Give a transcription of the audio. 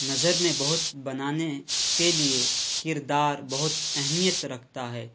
نظر میں بہت بنانے کے لیے کردار بہت اہمیت رکھتا ہے